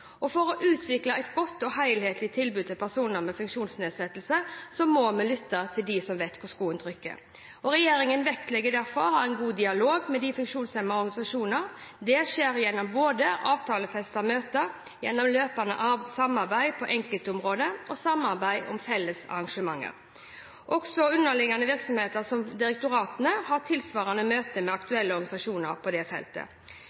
For å utvikle et godt og helhetlig tilbud til personer med funksjonsnedsettelse må vi lytte til dem som vet hvor skoen trykker. Regjeringen vektlegger derfor å ha en god dialog med de funksjonshemmedes organisasjoner. Dette skjer gjennom både avtalefestede møter, løpende samarbeid på enkeltområder og samarbeid om felles arrangementer. Også underliggende virksomheter, som f.eks. direktoratene, har tilsvarende møter med aktuelle organisasjoner på dette feltet.